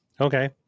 Okay